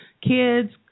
kids